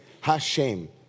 Hashem